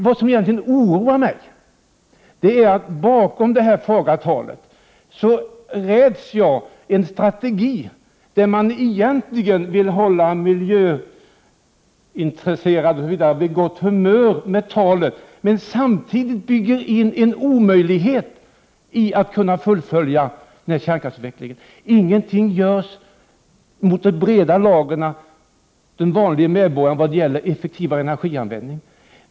Vad som egentligen oroar mig är att jag räds en strategi att hålla miljöintresserade människor på gott humör med fagert tal, men samtidigt bygga in en omöjlighet att fullfölja kärnkraftsavvecklingen. Ingenting görs ju mot de breda lagren, den vanlige medborgaren, i vad gäller effektivare energianvändning.